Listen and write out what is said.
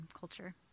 culture